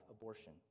abortion